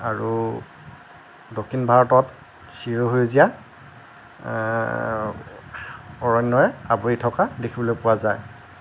আৰু দক্ষিণ ভাৰতত চিৰসেউজীয়া অৰণ্যৰে আৱৰি থকা দেখিবলৈ পোৱা যায়